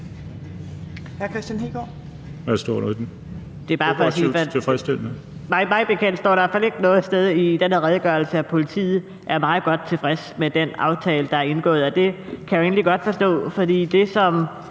Hr. Kristian Hegaard. Kl. 18:19 Kristian Hegaard (RV): Mig bekendt står der i hvert fald ikke noget sted i den her redegørelse, at politiet er meget godt tilfreds med den aftale, der er indgået. Det kan jeg jo egentlig godt forstå, for det, som